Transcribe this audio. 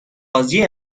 بازی